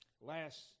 Last